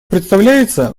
представляется